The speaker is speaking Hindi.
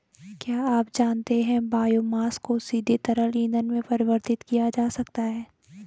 क्या आप जानते है बायोमास को सीधे तरल ईंधन में परिवर्तित किया जा सकता है?